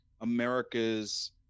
America's